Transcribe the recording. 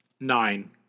nine